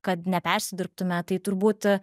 kad neperdirbtume tai turbūt